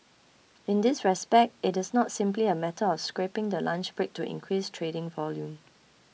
in this respect it is not simply a matter of scrapping the lunch break to increase trading volume